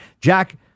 Jack